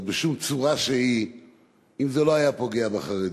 בשום צורה שהיא אם זה לא היה פוגע בחרדים.